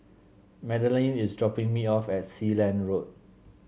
Madeleine is dropping me off at Sealand Road